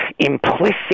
Implicit